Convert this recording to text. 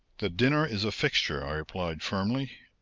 the dinner is a fixture, i replied firmly.